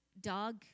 dog